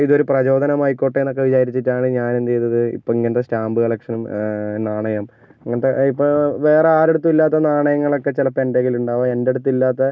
ഇത് ഒരു പ്രചോദനമായിക്കോട്ടെ എന്നൊക്കെ വിചാരിച്ചിട്ടാണ് ഞാൻ എന്ത് ചെയ്തത് ഇപ്പോൾ ഇങ്ങനത്തെ സ്റ്റാമ്പ് കളക്ഷൻ നാണയം അങ്ങനത്തെ ഇപ്പോൾ വേറെ ആരുടെ അടുത്തും ഇല്ലാത്ത നാണയങ്ങൾ ഒക്കെ ചിലപ്പോൾ എൻ്റെ കൈയ്യിൽ ഉണ്ടാകാം എൻ്റെ അടുത്ത് ഇല്ലാത്ത